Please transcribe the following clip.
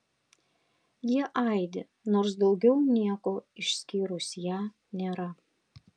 jie aidi nors daugiau nieko išskyrus ją nėra